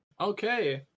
Okay